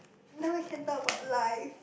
now we can talk about life